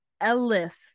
Ellis